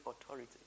authority